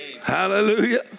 Hallelujah